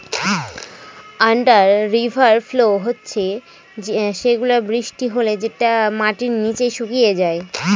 under river flow হচ্ছে সেগুলা বৃষ্টি হলে যেটা মাটির নিচে শুকিয়ে যায়